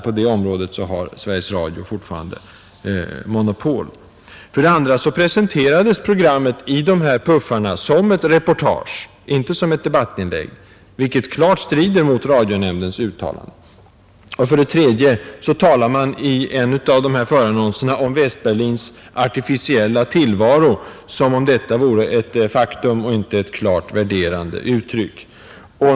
På det området har Sveriges Radio ännu monopol. 2. Programmet presenterades som ett reportage, inte som ett debattinlägg, vilket klart strider mot radionämndens uttalande. 3. Man talar i en av förannonserna om Västberlins ”artificiella tillvaro” som om detta vore ett faktum och inte ett klart värderande uttryck. 4.